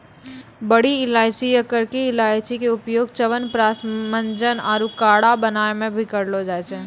बड़ी इलायची या करकी इलायची के उपयोग च्यवनप्राश, मंजन आरो काढ़ा बनाय मॅ भी करलो जाय छै